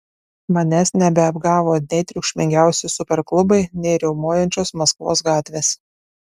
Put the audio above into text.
manęs nebeapgavo nei triukšmingiausi superklubai nei riaumojančios maskvos gatvės